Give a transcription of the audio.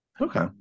Okay